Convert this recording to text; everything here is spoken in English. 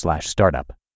startup